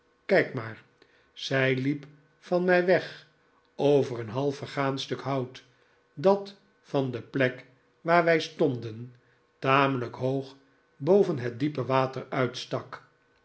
kijk maar zij liep van mij weg over een half vergaan stuk hout dat van de plek waar wij stonden tamelijk hoog boven het diepe water uitstak